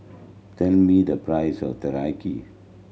tell me the price of Teriyaki